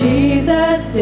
Jesus